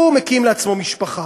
שמקים לעצמו משפחה,